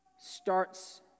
starts